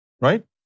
right